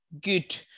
good